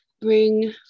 bring